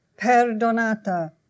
Perdonata